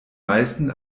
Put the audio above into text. meisten